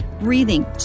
breathing